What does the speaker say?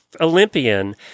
Olympian